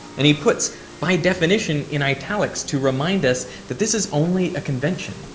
and he puts by definition in italics to remind us that this is only a convention.